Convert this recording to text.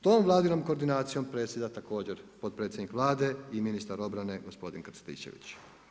Tom Vladinom koordinacijom predsjeda također potpredsjednik Vlade i ministra obrane gospodin Krstičević.